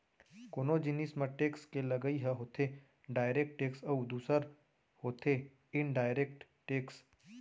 कोनो जिनिस म टेक्स के लगई ह होथे डायरेक्ट टेक्स अउ दूसर होथे इनडायरेक्ट टेक्स